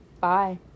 Bye